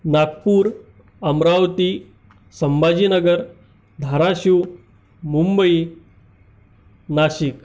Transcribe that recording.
Nagpur Amravati Sambhajinagar Dharashiv Mumbai Nashik